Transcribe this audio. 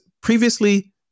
previously